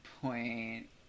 point